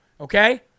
Okay